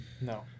No